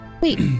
Wait